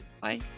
Bye